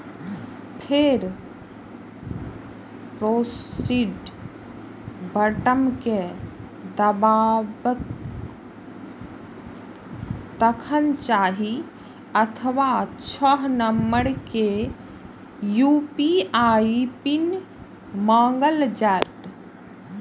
फेर proceed button कें दबाउ, तखन चारि अथवा छह नंबर के यू.पी.आई पिन मांगल जायत